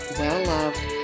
well-loved